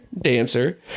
Dancer